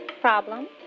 problem